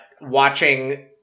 watching